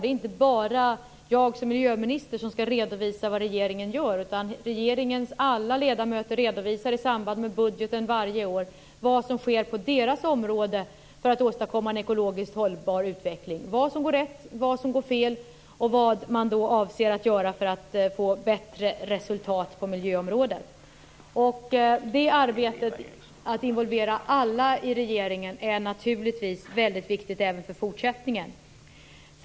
Det är inte bara jag som miljöminister som skall redovisa vad regeringen gör, utan regeringens alla ledamöter redovisar i samband med budgeten varje år vad som sker på deras område för att åstadkomma en ekologiskt hållbar utveckling. Man redovisar vad som går rätt, vad som går fel och vad man avser att göra för att få bättre resultat på miljöområdet. Arbetet med att involvera alla i regeringen är naturligtvis viktigt även i fortsättningen.